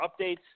updates